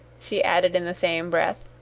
she added in the same breath,